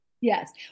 Yes